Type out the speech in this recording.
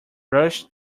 rushed